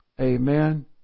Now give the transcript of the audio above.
amen